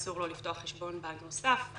אסור לו לפתוח חשבון בנק נוסף,